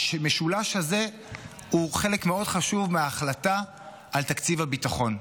המשולש הזה הוא חלק מאוד חשוב מההחלטה על תקציב הביטחון.